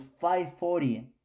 5-40